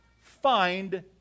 find